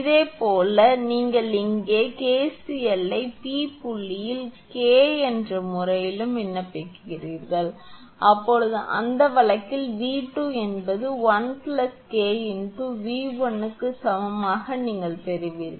இதேபோல் நீங்கள் இங்கே KCL லை P புள்ளியில் K என்ற முறையிலும் விண்ணப்பிக்கிறீர்கள் அப்போது அந்த வழக்கில் V2 என்பது 1 𝐾 𝑉1 க்கு சமமாக நீங்கள் பெறுவீர்கள்